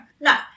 No